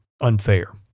unfair